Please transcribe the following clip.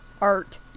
art